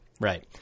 Right